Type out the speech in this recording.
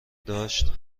داشت